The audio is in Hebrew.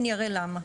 אני אראה למה.